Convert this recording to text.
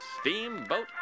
Steamboat